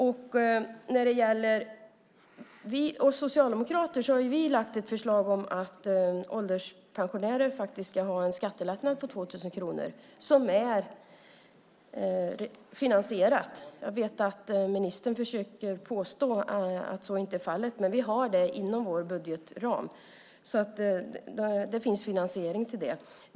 Vi socialdemokrater har ju lagt fram ett förslag om att ålderspensionärer faktiskt ska ha en skattelättnad på 2 000 kronor som är finansierat. Jag vet att ministern försöker påstå att så inte är fallet, men vi har det inom vår budgetram. Det finns alltså finansiering till det.